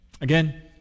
Again